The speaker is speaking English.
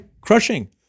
crushing